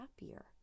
happier